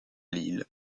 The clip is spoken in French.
lille